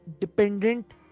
dependent